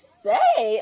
say